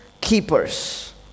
keepers